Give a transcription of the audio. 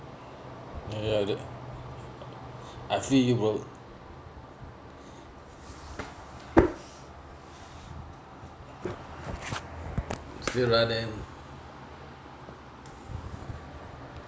ya ya I see you bro see you lah then